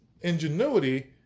ingenuity